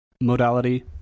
modality